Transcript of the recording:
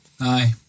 aye